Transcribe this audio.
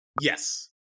yes